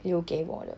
留给我的